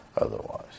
otherwise